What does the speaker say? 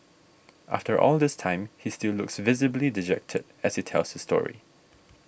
after all this time he still looks visibly dejected as he tells this story